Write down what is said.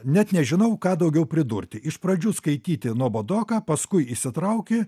net nežinau ką daugiau pridurti iš pradžių skaityti nuobodoka paskui įsitrauki